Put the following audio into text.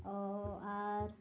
ᱟᱨ